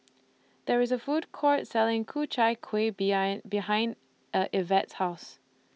There IS A Food Court Selling Ku Chai Kueh behind Evette's House